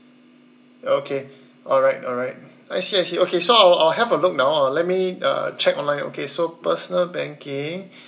okay alright alright I see I see okay so I will I will have a look now uh let me uh check online okay so personal banking